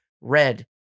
red